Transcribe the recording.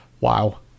wow